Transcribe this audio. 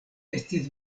estis